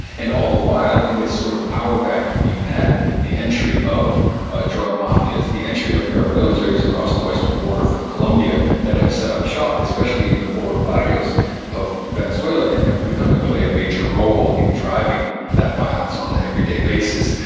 and all the while in this sort of power vacuum you've had the entry of ah drug mafias, the entry of paramilitaries across the western border from colombia that have set up shop, especially in the poorer barrios of venezuela, and have begun to play a major role in driving that violence on the everyday basis.